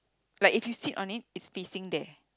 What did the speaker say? like if you sit on it it's facing there